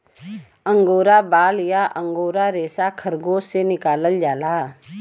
angora बाल या angora रेसा खरगोस से निकालल जाला